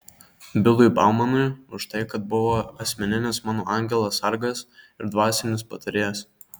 bilui baumanui už tai kad buvo asmeninis mano angelas sargas ir dvasinis patarėjas